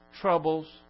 troubles